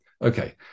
Okay